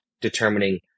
determining